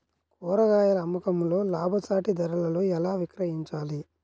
కూరగాయాల అమ్మకంలో లాభసాటి ధరలలో ఎలా విక్రయించాలి?